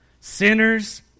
Sinners